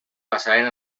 passaren